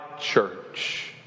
church